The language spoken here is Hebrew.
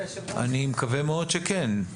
אני מאוד מקווה שכן.